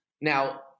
Now